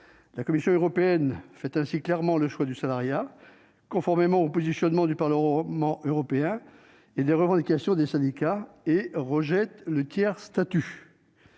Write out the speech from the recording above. La Commission européenne fait ainsi clairement le choix du salariat, conformément au positionnement du Parlement européen et aux revendications des syndicats, et rejette le tiers-statut.